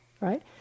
Right